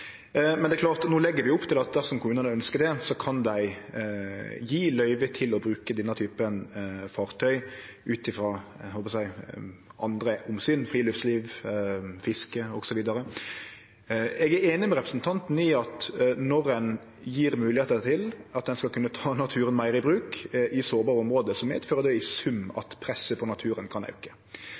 no legg vi jo opp til at dersom kommunane ønskjer det, kan dei gje løyve til å bruke denne typen fartøy ut frå andre omsyn – friluftsliv, fiske osv. Eg er einig med representanten i at når ein gjev moglegheiter til å ta naturen meir i bruk i sårbare område, medfører det i sum at presset på naturen kan auke.